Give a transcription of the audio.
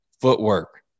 footwork